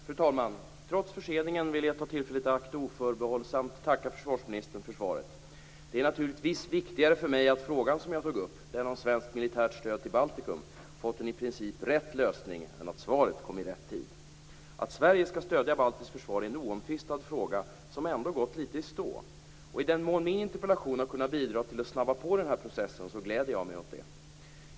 Fru talman! Trots förseningen vill jag ta tillfället i akt att oförbehållsamt tacka försvarsministern för svaret. Det är naturligtvis viktigare för mig att frågan som jag tog upp, den om svenskt militärt stöd till Baltikum, fått en i princip riktig lösning än att svaret kom i rätt tid. Att Sverige skall stödja baltiskt försvar är en oomtvistad fråga, som ändå gått litet i stå. I den mån min interpellation har kunnat bidra till att snabba på den här processen gläder jag mig åt det.